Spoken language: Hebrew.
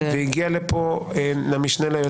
חוץ וביטחון.